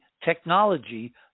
technology